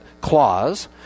clause